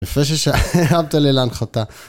לפה ששעה, הרמת לי להנחתה